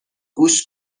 گوش